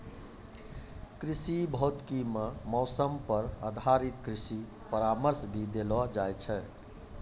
कृषि भौतिकी मॅ मौसम पर आधारित कृषि परामर्श भी देलो जाय छै